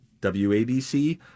WABC